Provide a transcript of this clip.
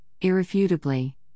irrefutably